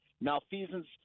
malfeasance